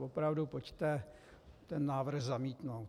Opravdu pojďte ten návrh zamítnout.